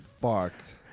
fucked